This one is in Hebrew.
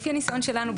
לפי הניסיון שלנו,